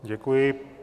Děkuji.